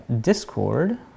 Discord